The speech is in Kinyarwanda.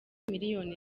miliyoni